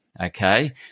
okay